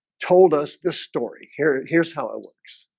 told us this story here. here's how it works.